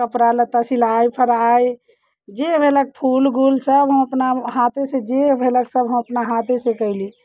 कपड़ा लत्ता सिलाइ कढ़ाइ जे भेलक फूल गूल सभ हम अपना हाथेसँ जे भेलक सभ हम अपना हाथेसँ कयली